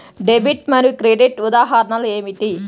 Debit మరియు credit ఉదాహరణలు ఏమిటీ?